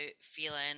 feeling